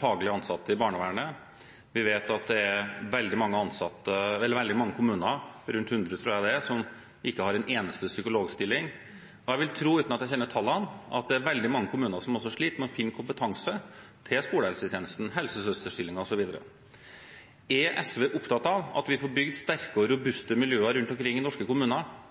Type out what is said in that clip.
faglig ansatte i barnevernet. Vi vet at det er veldig mange kommuner – rundt 100, tror jeg det er – som ikke har en eneste psykologstilling, og jeg vil tro, uten at jeg kjenner tallene, at det er veldig mange kommuner som også sliter med å finne kompetanse til skolehelsetjenesten, som helsesøsterstillinger osv. Er SV opptatt av at vi får bygd sterke og robuste miljøer rundt om i norske kommuner